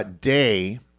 day